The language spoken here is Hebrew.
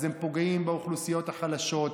אז הם פוגעים באוכלוסיות החלשות,